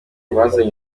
dosiye